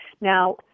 Now